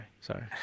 Sorry